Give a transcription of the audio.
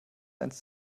eins